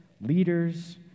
leaders